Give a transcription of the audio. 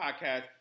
podcast